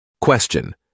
Question